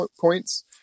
points